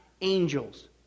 angels